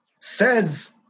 says